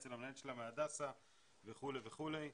אצל המנהלת שלה מהדסה וכו' וכו'.